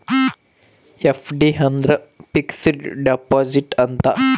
FD ಅಂದ್ರ fixed deposit ಅಂತ